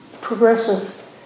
progressive